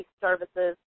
services